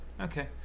Okay